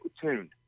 tuned